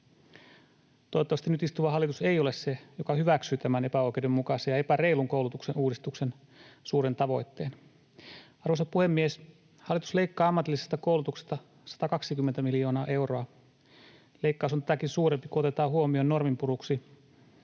Toivottavasti nyt istuva hallitus ei ole se, joka hyväksyy tämän epäoikeudenmukaisen ja epäreilun koulutuksen uudistuksen suuren tavoitteen. Arvoisa puhemies! Hallitus leikkaa ammatillisesta koulutuksesta 120 miljoonaa euroa. Leikkaus on tätäkin suurempi, kun otetaan huomioon norminpuruksi